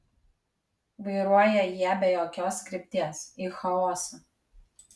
vairuoja jie be jokios krypties į chaosą